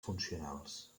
funcionals